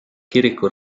kiriku